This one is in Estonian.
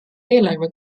eelarve